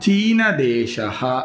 चीनदेशः